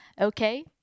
Okay